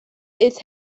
its